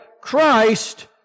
Christ